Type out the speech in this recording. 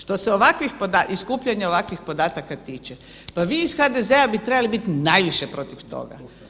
Što se ovakvih i skupljanja ovakvih podataka tiče, pa vi iz HDZ-a bi trebali bit najviše protiv toga.